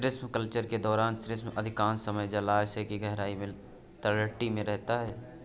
shrimp culture के दौरान shrimp अधिकांश समय जलायश की गहराई में तलहटी में रहता है